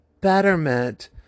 betterment